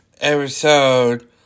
episode